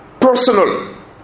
personal